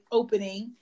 opening